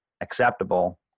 acceptable